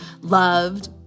loved